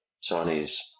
Chinese